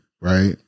right